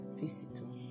visitor